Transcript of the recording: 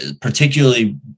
particularly